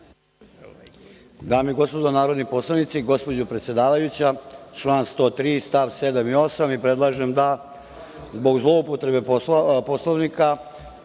Dame i gospodo narodni poslanici, gospođo predsedavajuća, član 103. st. 7. i 8. Predlažem da zbog zloupotrebe Poslovnika